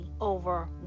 over